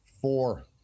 four